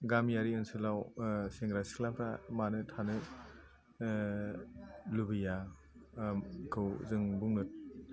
गामियारि ओनसोलआव सेंग्रा सिख्लाफ्रा मानो थानो लुबैया आंखौ जों बुंनो